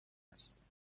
است